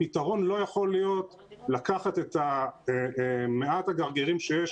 הפתרון לא יכול להיות לקחת את מעט הגרגרים שיש